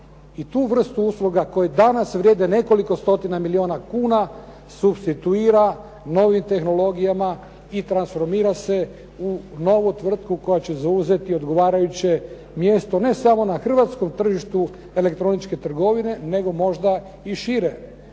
i tu vrstu usluga koji danas vrijede nekoliko stotina milijuna kuna supstituira novim tehnologijama i transformira se u novu tvrtku koja će zauzeti odgovarajuće mjesto ne samo na hrvatskom tržištu elektroničke trgovine nego možda i šire.